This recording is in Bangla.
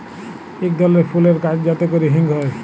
ইক ধরলের ফুলের গাহাচ যাতে ক্যরে হিং হ্যয়